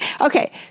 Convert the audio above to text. Okay